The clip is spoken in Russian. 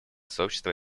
сообщества